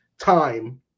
time